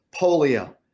polio